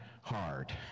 hard